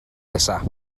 nesaf